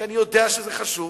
כי אני יודע שזה חשוב?